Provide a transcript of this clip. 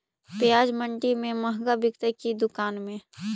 प्याज मंडि में मँहगा बिकते कि दुकान में?